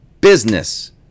business